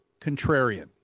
contrarian